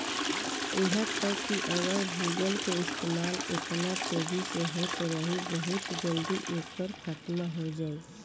इहा तक कि अगर भूजल के इस्तेमाल एतना तेजी से होत रही बहुत जल्दी एकर खात्मा हो जाई